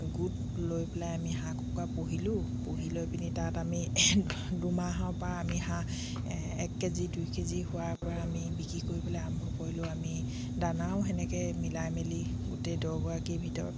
গোট লৈ পেলাই আমি হাঁহ কুকুৰা পুহিলোঁ পুহি লৈ পিনি তাত আমি দুমাহৰ পৰা আমি হাঁহ এক কেজি দুই কেজি হোৱাৰ পৰা আমি বিক্ৰী কৰিবলৈ আৰম্ভ কৰিলোঁ আমি দানাও তেনেকৈ মিলাই মেলি গোটেই দহগৰাকীৰ ভিতৰত